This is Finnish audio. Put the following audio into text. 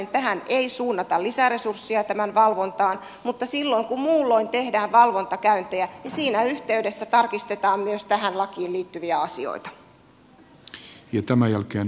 tämän valvontaan ei suunnata lisäresurssia mutta silloin kun muulloin tehdään valvontakäyntejä niin siinä yhteydessä tarkistetaan myös tähän lakiin liittyviä asioita